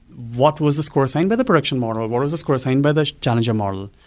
what was the score saying by the production model? what was the score saying by the challenger model?